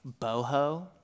boho